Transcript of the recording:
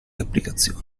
applicazioni